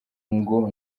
ngo